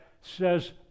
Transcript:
says